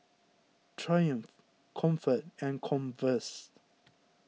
Triumph Comfort and Converse